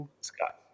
Scott